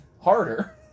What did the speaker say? harder